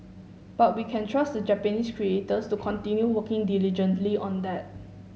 but we can trust the Japanese creators to continue working diligently on that